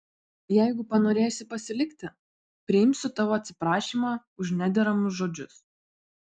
jeigu panorėsi pasilikti priimsiu tavo atsiprašymą už nederamus žodžius